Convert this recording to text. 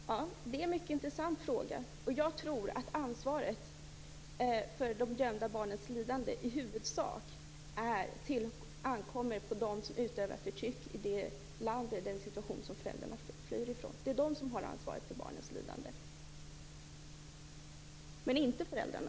Herr talman! Det är en mycket intressant fråga. Jag tror att ansvaret för de gömda barnens lidande i huvudsak ligger hos dem som utövar förtryck i länder som föräldrarna flyr ifrån. Det är de som har ansvaret för barnens lidande, men inte föräldrarna.